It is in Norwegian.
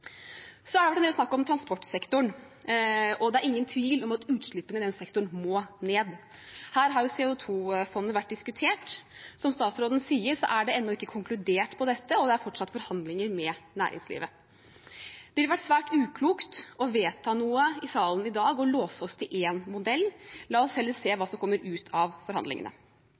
Så er det en del snakk om transportsektoren. Det er ingen tvil om at utslippene i den sektoren må ned. Her har CO 2 -fondet vært diskutert. Som statsråden sier, er det ennå ikke konkludert om dette, og det er fortsatt forhandlinger med næringslivet. Det ville vært svært uklokt å vedta noe i salen i dag og låse oss til én modell. La oss heller se hva som kommer ut av forhandlingene.